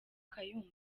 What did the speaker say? kayumba